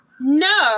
No